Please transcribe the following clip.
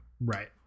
Right